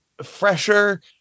Fresher